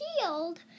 shield